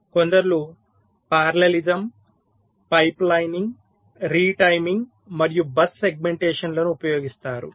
కొందరు parallelism pipelining retiming మరియు bus segmentation లను ఉపయోగిస్తారు